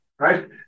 right